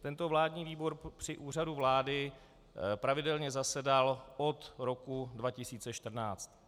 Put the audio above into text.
Tento vládní výbor při Úřadu vlády pravidelně zasedal od roku 2014.